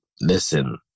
Listen